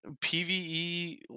PVE